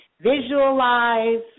visualize